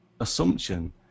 assumption